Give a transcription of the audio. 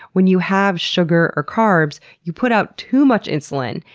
when you have sugar or carbs you put out too much insulin,